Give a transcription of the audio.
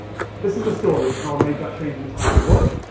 this is the story of how i made that changing title work,